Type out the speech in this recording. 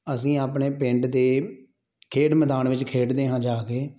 ਅਸੀਂ ਆਪਣੇ ਪਿੰਡ ਦੇ ਖੇਡ ਮੈਦਾਨ ਵਿੱਚ ਖੇਡਦੇ ਹਾਂ ਜਾ ਕੇ